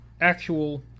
actual